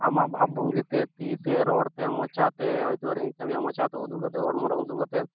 ᱟᱢᱟᱜ ᱵᱷᱟᱵᱽ ᱵᱷᱚᱝᱜᱤᱛᱮ ᱛᱤᱛᱮ ᱨᱚᱲᱛᱮ ᱢᱚᱪᱟᱛᱮ ᱦᱚᱭᱛᱚ ᱨᱮᱸᱜᱮᱡᱠᱟᱜ ᱢᱮᱭᱟ ᱢᱚᱪᱟᱛᱮ ᱩᱫᱩᱜ ᱠᱟᱛᱮᱫ ᱦᱚᱲᱢᱚᱨᱮ ᱩᱫᱩᱜ ᱠᱟᱛᱮᱫ